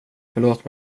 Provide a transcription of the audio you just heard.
förlåt